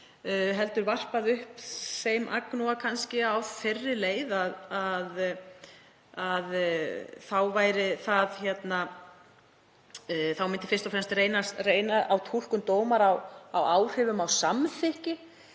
heldur varpað upp þeim agnúa á þeirri leið að þá myndi fyrst og fremst reyna á túlkun dómara á t.d. áhrifum af samþykki.